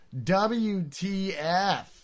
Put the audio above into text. WTF